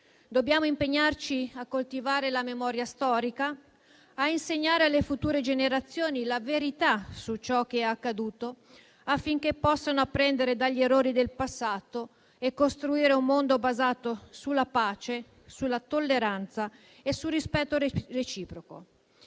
Dobbiamo impegnarci a coltivare la memoria storica, a insegnare alle future generazioni la verità su ciò che è accaduto affinché possano apprendere dagli errori del passato e costruire un mondo basato sulla pace, sulla tolleranza e sul rispetto reciproco.